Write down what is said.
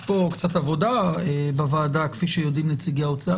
יש פה קצת עבודה בוועדה, כפי שיודעים נציגי האוצר.